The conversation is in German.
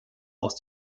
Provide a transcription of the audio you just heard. aus